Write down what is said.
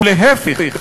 להפך,